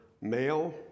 male